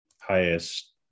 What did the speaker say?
highest